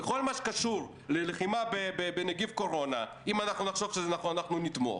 בכל מה שקשור ללחימה בנגיף קורונה אם נחשוב שזה נכון נתמוך,